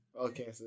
Okay